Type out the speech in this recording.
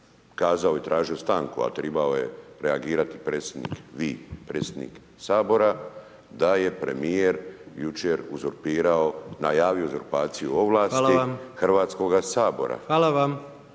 kazao i tražio stanku, a trebao je reagirati predsjednik, vi, predsjednik Sabora, da je premjer jučer uzurpirao, najavio uzurpaciju ovlasti Hrvatskog sabora. …/Upadica